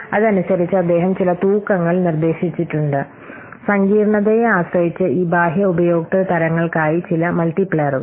അതനുസരിച്ച് അദ്ദേഹം ചില തൂക്കങ്ങൾ നിർദ്ദേശിച്ചിട്ടുണ്ട് സങ്കീർണ്ണതയെ ആശ്രയിച്ച് ഈ ബാഹ്യ ഉപയോക്തൃ തരങ്ങൾക്കായി ചില മൾട്ടിപ്ലയറുകൾ